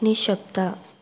ನಿಶ್ಶಬ್ದ